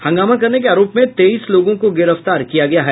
हंगामा करने के आरोप में तेईस लोगों को गिरफ्तार किया गया है